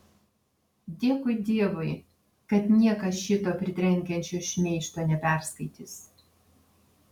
dėkui dievui kad niekas šito pritrenkiančio šmeižto neperskaitys